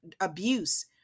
abuse